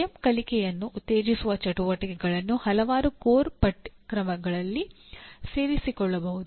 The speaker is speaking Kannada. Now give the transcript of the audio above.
ಸ್ವಯಂ ಕಲಿಕೆಯನ್ನು ಉತ್ತೇಜಿಸುವ ಚಟುವಟಿಕೆಗಳನ್ನು ಹಲವಾರು ಕೋರ್ ಪಠ್ಯಕ್ರಮಗಳಲ್ಲಿ ಸೇರಿಸಿಕೊಳ್ಳಬಹುದು